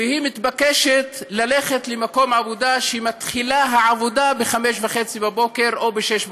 והיא מתבקשת ללכת למקום עבודה שבו העבודה מתחילה ב-05:30 או ב-06:00,